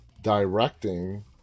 directing